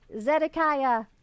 Zedekiah